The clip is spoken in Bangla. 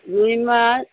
রুই মাছ